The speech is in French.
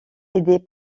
aidé